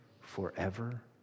forever